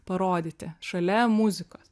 parodyti šalia muzikos